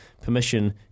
permission